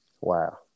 wow